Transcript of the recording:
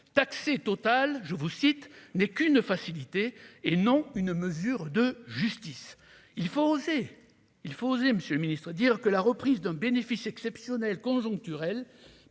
taxer Total, je vous cite n'est qu'une facilité et non une mesure de justice, il faut oser, il faut oser, Monsieur le Ministre, dire que la reprise d'un bénéfice exceptionnel, conjoncturel